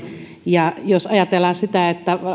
ja jos ajatellaan sitä että